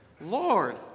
Lord